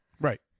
Right